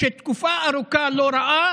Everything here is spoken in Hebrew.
שתקופה ארוכה הוא לא ראה